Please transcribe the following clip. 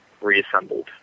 reassembled